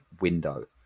window